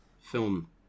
film